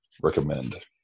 recommend